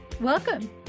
Welcome